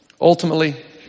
ultimately